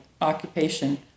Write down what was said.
occupation